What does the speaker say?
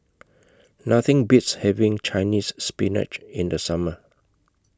Nothing Beats having Chinese Spinach in The Summer